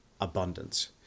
abundance